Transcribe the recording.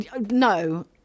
No